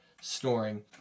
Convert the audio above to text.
snoring